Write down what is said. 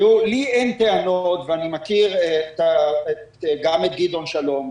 לי אין טענות ואני מכיר גם את גדעון שלום,